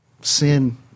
Sin